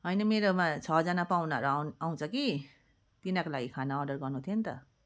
होइन मेरोमा छजना पाहुनाहरू आउँछ कि तिनीहरूको लागि खाना अर्डर गर्नु थियो नि त